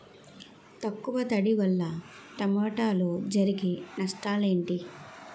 తక్కువ తడి వల్ల టమోటాలో జరిగే నష్టాలేంటి?